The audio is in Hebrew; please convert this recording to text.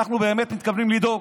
אנחנו באמת מתכוונים לדאוג.